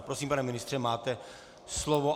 Prosím, pane ministře, máte slovo.